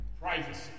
privacy